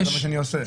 זה מה שאני עושה.